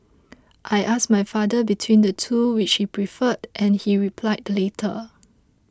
I asked my father between the two which he preferred and he replied the latter